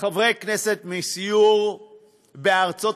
חברי כנסת, מסיור בארצות-הברית,